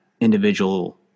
individual